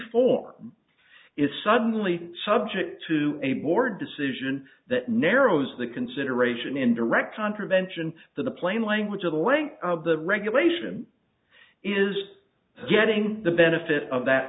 form is suddenly subject to a board decision that narrows the consideration in direct contravention to the plain language of the length of the regulation is getting the benefit of that